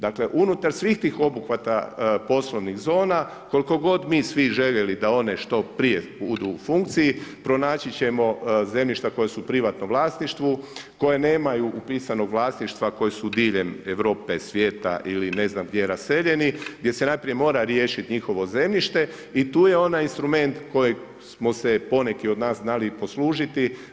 Dakle, unutar svih tih obuhvata poslovnih zona, koliko god mi to svi željeli da one što prije budu u funkciji, pronaći ćemo zemljišta koje su u privatnom vlasništvu, koje nemaju upisanog vlasnika, koji su diljem Europe, svijeta, ili ne znam gdje naseljeni, gdje se najprije mora riješiti njihovo zemljište i tu je onaj instrument, kojeg smo se poneki i od nas znali i poslužiti.